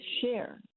share